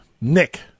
Nick